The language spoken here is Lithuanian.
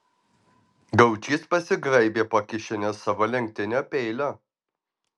gaučys pasigraibė po kišenes savo lenktinio peilio